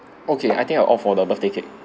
okay I think I will opt the birthday cake